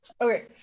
okay